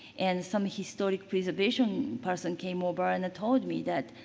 and some historic preservation person came over and told me that,